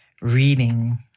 reading